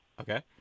okay